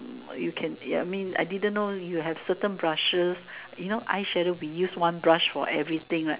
you can I mean I didn't know you have certain brushes you know eyeshadow we use one brush for everything right